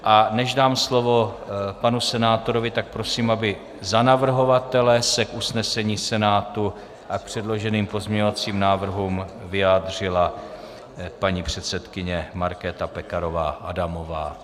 A než dám slovo panu senátorovi, tak prosím, aby za navrhovatele se k usnesení Senátu a k předloženým pozměňovacím návrhům vyjádřila paní předsedkyně Markéta Pekarová Adamová.